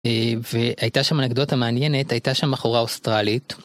והייתה שם אנקדוטה מעניינת, הייתה שם אחורה אוסטרלית.